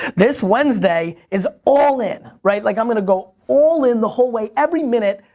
this wednesday is all in, right? like i'm gonna go all in the whole way, every minute.